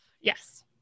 yes